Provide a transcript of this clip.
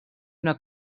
una